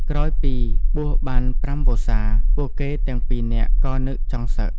ក្រោយពីបួសបានប្រាំវស្សា ពួកគេទាំងពីរនាក់ក៏នឹកចង់សឹក។